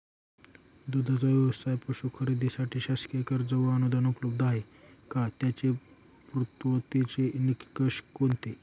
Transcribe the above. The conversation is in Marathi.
दूधाचा व्यवसायास पशू खरेदीसाठी शासकीय कर्ज व अनुदान उपलब्ध आहे का? त्याचे पूर्ततेचे निकष कोणते?